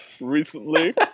recently